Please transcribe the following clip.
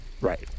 Right